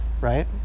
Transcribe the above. right